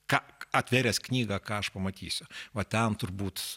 ką atvėręs knygą ką aš pamatysiu va ten turbūt